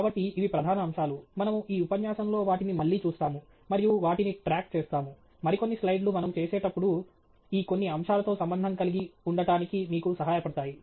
కాబట్టి ఇవి ప్రధాన అంశాలు మనము ఈ ఉపన్యాసంలో వాటిని మళ్లీ చూస్తాము మరియు వాటిని ట్రాక్ చేస్తాము మరికొన్ని స్లైడ్లు మనము చేసేటప్పుడు ఈ కొన్ని అంశాలతో సంబంధం కలిగి ఉండటానికి మీకు సహాయపడతాయి